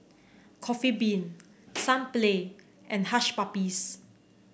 Coffee Bean Sunplay and Hush Puppies